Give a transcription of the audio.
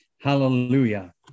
Hallelujah